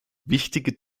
wichtige